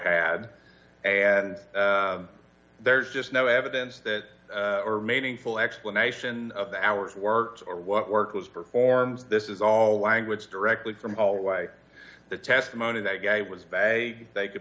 had and there's just no evidence that or remaining full explanation of the hours worked or what work was performed this is all language directly from hallway the testimony that guy was a they could